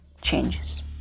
changes